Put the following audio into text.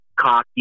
cocky